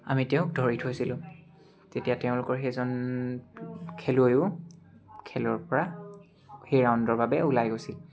আমি তেওঁক ধৰি থৈছিলোঁ তেতিয়া তেওঁলোকৰ সেইজন খেলুৱৈও খেলৰ পৰা সেই ৰাউণ্ডৰ বাবে ওলাই গৈছিল